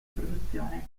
produzione